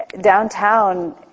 downtown